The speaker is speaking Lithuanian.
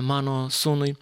mano sūnui